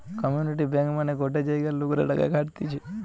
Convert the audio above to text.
community bank মানে গটে জায়গার লোকরা টাকা খাটতিছে